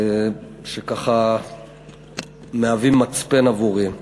שככה מהווים מצפן עבורי: